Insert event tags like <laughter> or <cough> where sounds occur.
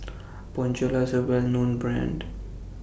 <noise> Bonjela IS A Well known Brand